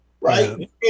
Right